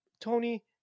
Tony